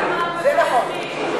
גם העם הצרפתי.